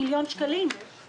ילד חרדי הוא לא שונה מכל ילד אחר,